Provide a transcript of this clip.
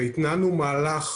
והתנענו מהלך